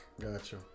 Gotcha